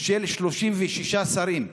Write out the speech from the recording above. של 36 שרים,